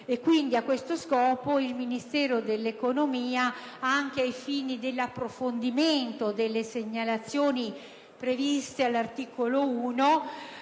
consumo. A questo scopo il Ministero dell'economia, anche ai fini dell'approfondimento delle segnalazioni previste all'articolo 1,